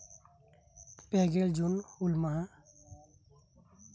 ᱯᱮ ᱜᱮᱞ ᱡᱩᱱ ᱦᱩᱞ ᱢᱟᱦᱟ